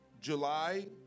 July